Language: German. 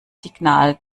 signal